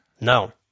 No